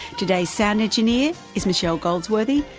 today's sound engineer is michelle goldsworthy,